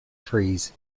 freeze